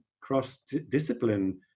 cross-discipline